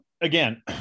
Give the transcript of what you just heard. again